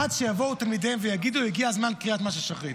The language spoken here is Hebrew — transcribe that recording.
עד שיבואו תלמידיהם ויגידו: הגיע זמן קריאת שמע של שחרית.